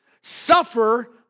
suffer